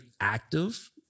active